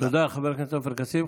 תודה, חבר הכנסת עופר כסיף.